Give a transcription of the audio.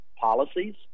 policies